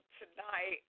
tonight